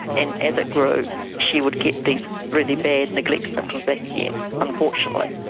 and as it grew she would get these really bad neglect symptoms back again unfortunately.